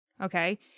Okay